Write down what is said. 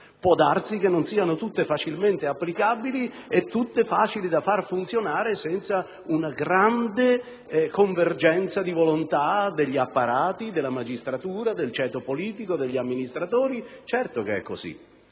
Può darsi che non siano tutte facilmente applicabili e semplici da far funzionare senza una grande convergenza di volontà degli apparati, della magistratura, del ceto politico, degli amministratori. Certamente è così,